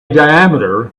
diameter